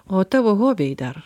o tavo hobiai dar